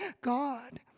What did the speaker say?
God